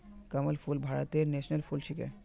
कमल फूल भारतेर नेशनल फुल छिके